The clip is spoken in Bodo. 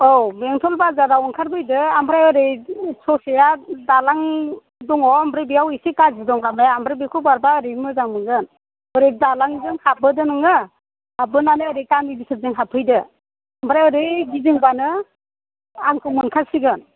औ बेंथल बाजाराव ओंखारफैदो ओमफ्राय ओरै ससेया दालां दङ आमफ्राय बेयाव एसे गाज्रि दं लामाया आमफ्राय बेखौ बारबा ओरै मोजां मोनगोन ओरै दालांजों हाबबोदो नोङो हाबबोनानै ओरै गामि बिथोरजों हाबबोदो आमफ्राय ओरै गिदिंब्लानो आंखौ मोनखासिगोन